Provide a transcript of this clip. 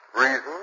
Reason